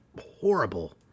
horrible